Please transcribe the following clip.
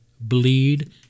Bleed